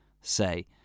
say